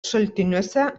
šaltiniuose